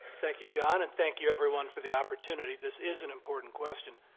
thank you, john, and thank you everyone for the opportunity. this is an important question.